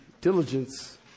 diligence